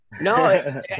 No